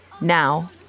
Now